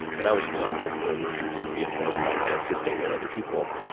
and i was available for emergencies via phone, by my assistant or other people.